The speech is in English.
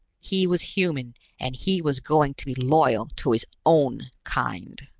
he was human and he was going to be loyal to his own kind.